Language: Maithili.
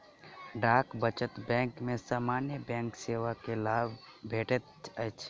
डाक बचत बैंक में सामान्य बैंक सेवा के लाभ भेटैत अछि